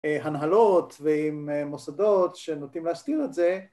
‫הנהלות ועם מוסדות ‫שנוטים להסתיר את זה.